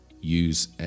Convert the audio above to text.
use